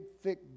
thick